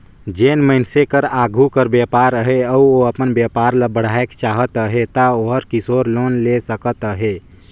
जेन मइनसे कर आघु कर बयपार अहे अउ ओ अपन बयपार ल बढ़ाएक चाहत अहे ता ओहर किसोर लोन ले सकत अहे